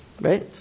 right